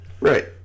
Right